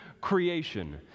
creation